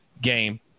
game